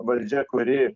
valdžia kuri